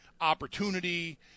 opportunity